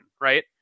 Right